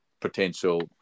potential